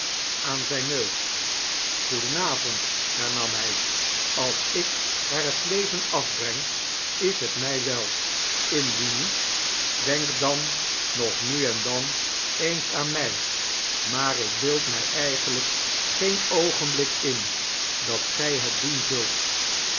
aan zyn neus goedenavond hernam hy als ik er het leven afbreng is het mi wel indien niet denk dan nog nu en dan eens aan my maar ik beeld my eigenlijk geen oogenblik in dat gij het doen zult